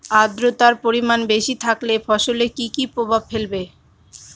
আদ্রর্তার পরিমান বেশি থাকলে ফসলে কি কি প্রভাব ফেলবে?